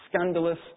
scandalous